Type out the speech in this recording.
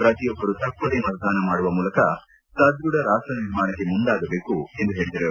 ಪತ್ರಿಯೊಬ್ಬರೂ ತಪ್ಪದೇ ಮತದಾನ ಮಾಡುವ ಮೂಲಕ ಸದೃಢ ರಾಷ್ಟ ನಿರ್ಮಾಣಕ್ಕೆ ಮುಂದಾಗಬೇಕು ಎಂದು ಹೇಳಿದರು